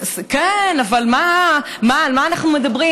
זאת בחירה, כן, אבל על מה אנחנו מדברים?